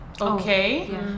Okay